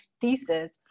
thesis